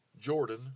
Jordan